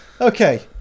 Okay